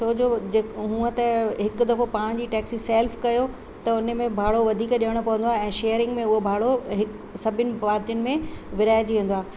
छोजो जे हूअं त हिकु दफ़ो पाण जी टैक्सी सैल्फ कयो त उन में भाड़ो वधीक ॾियणो पवंदो आहे ऐं शेयरिंग में उहो भाड़ो हिकु सभिनि भातियुनि में विरिहाइजी वेंदो आहे